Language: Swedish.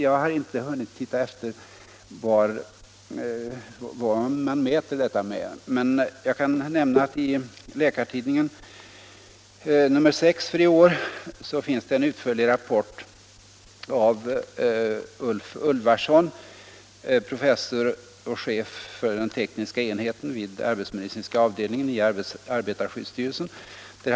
Jag har inte hunnit se efter vad man mäter detta med. Men jag kan nämna att det i Läkartidningen, nr 6 för i år, finns en utförlig rapport av Ulf Ulfvarson, professor och chef för den tekniska enheten vid arbetsmedicinska avdelningen i arbetarskyddsstyrelsen.